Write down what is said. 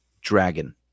Dragon